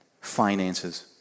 finances